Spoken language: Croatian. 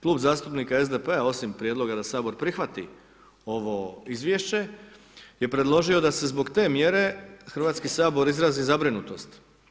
Klub zastupnika SDP-a osim prijedloga da Sabor prihvati ovo izvješće je predložio da se zbog te mjere Hrvatski sabor izrazi zabrinutost.